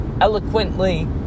Eloquently